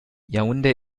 yaoundé